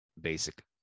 basic